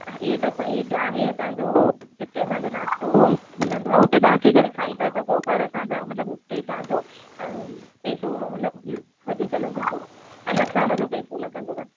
eight असां हेठि आहे असांजो जिते असांजो नास्तो मिलंदो आहे हुते तव्हां अची करे खाई था सघो पर असांजा मतिलब हुते तव्हांजो पेसो मतिलब वधीक लगंदो अलगि सां हुनजो पेसो लगंदव